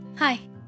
Hi